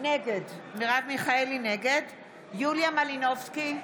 נגד יוליה מלינובסקי,